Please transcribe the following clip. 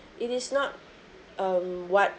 um what